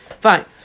fine